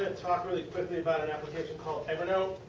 and talk really quickly about an application called evernote.